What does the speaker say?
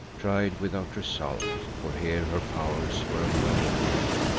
tried without result, for here her powers were of no avail.